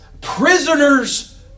prisoners